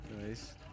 Nice